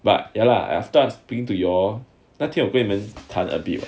but ya lah after I speaking to you all 那天我跟你们谈 a bit [what]